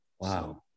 Wow